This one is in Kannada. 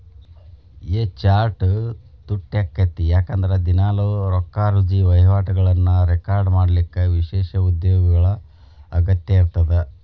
ಎ ಚಾರ್ಟ್ ತುಟ್ಯಾಕ್ಕೇತಿ ಯಾಕಂದ್ರ ದಿನಾಲೂ ರೊಕ್ಕಾರುಜಿ ವಹಿವಾಟುಗಳನ್ನ ರೆಕಾರ್ಡ್ ಮಾಡಲಿಕ್ಕ ವಿಶೇಷ ಉದ್ಯೋಗಿಗಳ ಅಗತ್ಯ ಇರ್ತದ